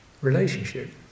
relationship